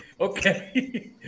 Okay